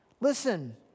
Listen